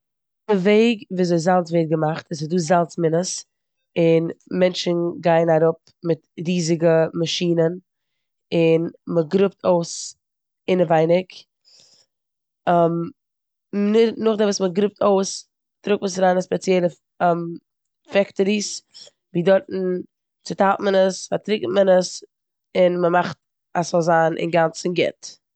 די וועג וויאזוי זאלץ ווערט געמאכט איז ס'דא זאלץ מינעס און מענטשן גייען אראפ מיט ריזיגע מאשינען און מ'גראבט אויס אינעווייניג. ניר- נאכדעם וואס מ'גראבט אויס טראגט מען עס אריין אין ספעציעלע פעקטעריס ווי דארטן ציטיילט מען עס, פארטריקנט מען עס און מ'מאכט אז ס'זאל זיין אינגאנצן גוט.